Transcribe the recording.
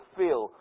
feel